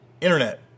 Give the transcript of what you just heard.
Internet